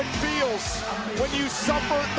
feels when you suffer